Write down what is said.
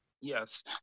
Yes